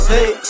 Hey